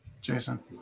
Jason